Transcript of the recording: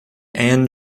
anna